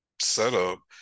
setup